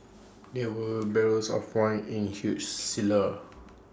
there were barrels of wine in huge cellar